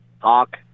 talk